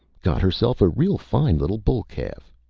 got herself a real fine little bull calf.